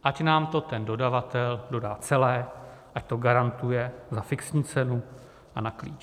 Ať nám to ten dodavatel dodá celé, ať to garantuje za fixní cenu a na klíč.